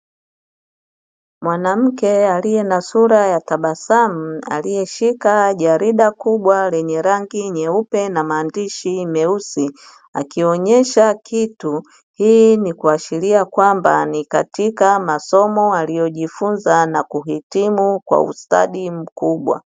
Mwanamke aliye na sura ya tabasamu aliyeshika jarida kubwa lenye rangi nyeupe na maandishi meusi akionyesha kitu. Hii ni kuashiria kwamba ni katika masomo aliyojifunza na kuhitimu kwa ustadi mkubwa.